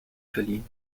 verliehen